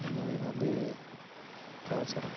தமிழ் மொழியில் வந்து கலாச்சாரம்